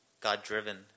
god-driven